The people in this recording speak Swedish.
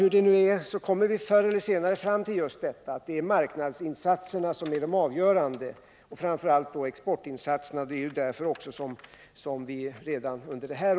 Förr eller senare kommer vi alltså fram till att just marknadsinsatserna och framför allt exportinsatserna är det avgörande. Kan vi inte sälja vårt glas så kommer problemen.